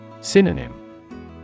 Synonym